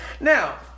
now